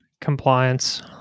Compliance